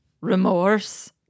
Remorse